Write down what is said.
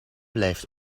blijft